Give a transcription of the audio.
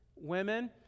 Women